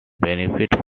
benefited